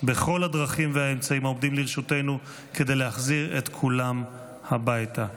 בכל הדרכים והאמצעים העומדים לרשותנו כדי להחזיר את כולם הביתה.